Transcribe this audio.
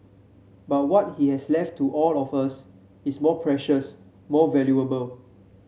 but what he has left to all of us is more precious more valuable